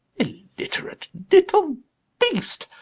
illiterate little beast!